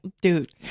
dude